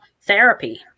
therapy